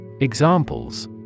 Examples